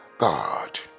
God